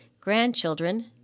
grandchildren